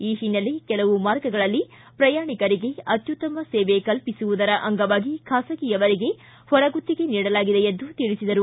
ಈ ಹಿನ್ನೆಲೆ ಕೆಲವು ಮಾರ್ಗಗಳಲ್ಲಿ ಪ್ರಯಾಣಿಕರಿಗೆ ಅತ್ಯುತ್ತಮ ಸೇವೆ ಕಲ್ಪಿಸುವುದರ ಅಂಗವಾಗಿ ಖಾಸಗಿಯವರಿಗೆ ಹೊರಗುತ್ತಿಗೆ ನೀಡಲಾಗಿದೆ ಎಂದು ತಿಳಿಸಿದರು